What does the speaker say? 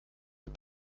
mit